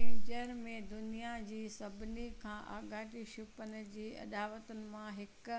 क्योंझर में दुनिया जी सभिनी खां आॻाटी छिपन जी अॾावतुनि मां हिकु